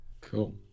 cool